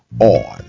on